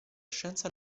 scienza